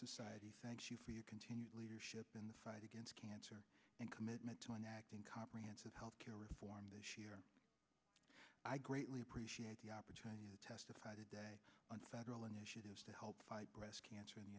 society thank you for your continued leadership in the fight against cancer and commitment to enacting comprehensive health care reform this year i greatly appreciate the opportunity to testify today on federal initiatives to help fight breast cancer in the